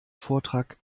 vortrag